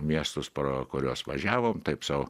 miestus pro kuriuos važiavom taip sau